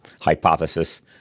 hypothesis